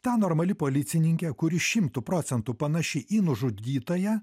ta normali policininkė kuri šimtu procentų panaši į nužudytąją